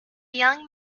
young